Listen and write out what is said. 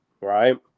Right